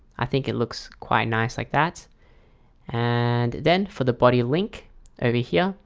i think it looks quite nice like that and then for the body link over here,